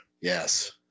Yes